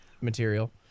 material